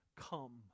come